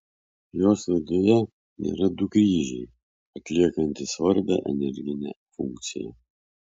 jos viduje yra du kryžiai atliekantys svarbią energinę funkciją